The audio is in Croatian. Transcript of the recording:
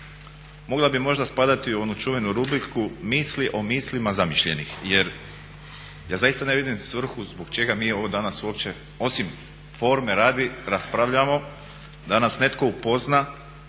Mogla bi možda spadati u onu čuvenu rubriku misli o mislima zamišljenih. Jer ja zaista ne vidim svrhu zbog čega mi ovo danas uopće osim forme radi raspravljamo da nas netko upozna